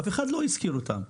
אף אחד לא הזכיר אותם.